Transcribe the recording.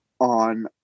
on